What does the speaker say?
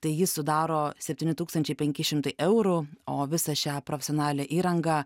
tai jį sudaro septyni tūkstančiai penki šimtai eurų o visą šią profesionalią įrangą